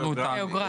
גיאוגרפי.